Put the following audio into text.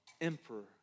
emperor